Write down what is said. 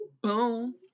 Boom